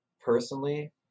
personally